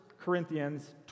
Corinthians